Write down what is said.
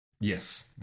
Yes